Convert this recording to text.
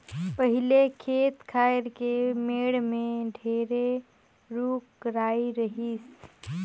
पहिले खेत खायर के मेड़ में ढेरे रूख राई रहिस